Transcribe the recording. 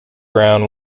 brown